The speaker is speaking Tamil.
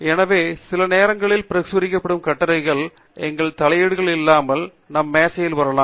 எனவே சில நேரங்களில் பிரசுரிக்கப்படும் கட்டுரைகள் எங்கள் தலையீடு இல்லாமல் நம் மேசைக்கு வரலாம்